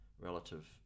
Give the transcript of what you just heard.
relative